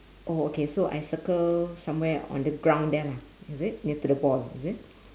oh okay so I circle somewhere on the ground there lah is it near to the ball is it